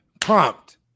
Prompt